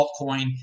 altcoin